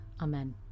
Amen